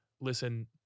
listen